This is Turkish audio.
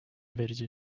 verici